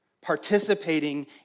Participating